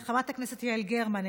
חברת הכנסת יעל גרמן,